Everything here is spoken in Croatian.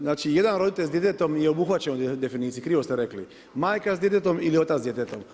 Znači jedan roditelj s djetetom je obuhvaćen u definiciji krivo ste rekli, majka s djetetom ili otac s djetetom.